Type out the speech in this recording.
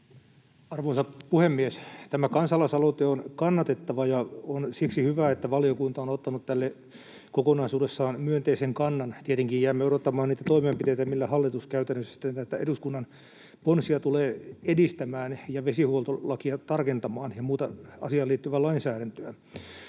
Arvoisa puhemies! Tämä kansalaisaloite on kannatettava, ja on siksi hyvä, että valiokunta on ottanut tälle kokonaisuudessaan myönteisen kannan. Tietenkin jäämme odottamaan niitä toimenpiteitä, millä hallitus käytännössä sitten näitä eduskunnan ponsia tulee edistämään ja vesihuoltolakia ja muuta asiaan liittyvää lainsäädäntöä